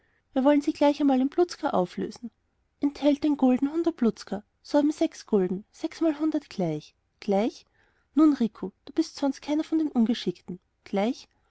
wir wollen sie gleich einmal in blutzger auflösen enthält ein gulden hundert luka so enthalten sechs gulden sechsmal hundert gleich gleich nun rico du bist sonst keiner von den ungeschickten gleich